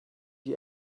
you